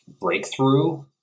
breakthrough